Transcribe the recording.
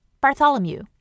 Bartholomew